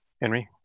Henry